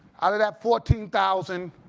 out of that fourteen thousand,